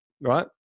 right